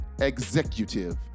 Executive